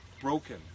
broken